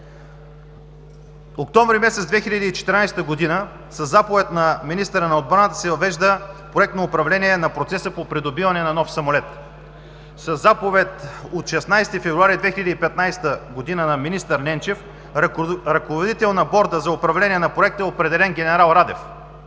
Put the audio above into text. Октомври месец 2014 г. със заповед на министъра на отбраната се въвежда проектно управление на процеса по придобиване на нов самолет. Със заповед от 16 февруари 2015 г. на министър Ненчев за ръководител на Борда за управление на Проекта е определен генерал Радев